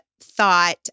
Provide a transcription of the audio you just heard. thought